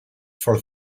for